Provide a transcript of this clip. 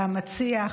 המציע,